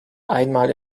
einmal